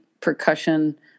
percussion